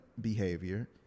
behavior